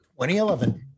2011